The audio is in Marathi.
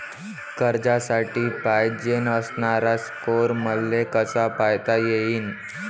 कर्जासाठी पायजेन असणारा स्कोर मले कसा पायता येईन?